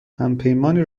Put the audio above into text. همپیمانی